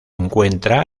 encuentra